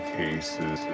cases